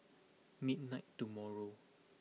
midnight tomorrow